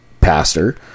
pastor